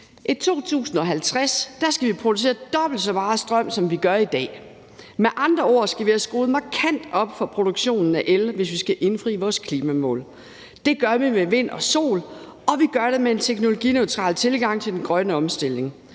I 2050 skal vi producere dobbelt så meget strøm, som vi gør i dag. Med andre ord skal vi have skruet markant op for produktionen af el, hvis vi skal indfri vores klimamål. Det gør vi med vind og sol, og vi gør det med en teknologineutral og fordomsfri tilgang til den grønne omstilling